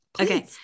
okay